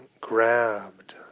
grabbed